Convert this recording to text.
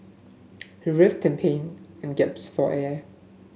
he writhed in pain and gaps for air